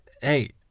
Hey